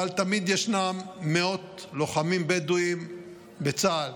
אבל תמיד ישנם מאות לוחמים בדואים בצה"ל,